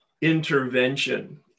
intervention